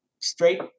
Straight